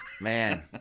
man